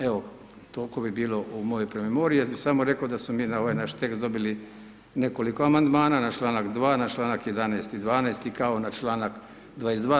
Evo toliko bi bilo u mojoj promemoriji, ja bi samo rekao da smo mi na ovaj naš tekst dobili nekoliko amandmana na članak 2., na članak 11. i 12. kao i na članak 22.